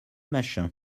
machin